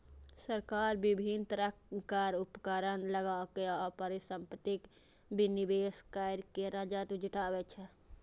सरकार विभिन्न तरहक कर, उपकर लगाके आ परिसंपत्तिक विनिवेश कैर के राजस्व जुटाबै छै